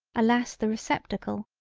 alas the receptacle,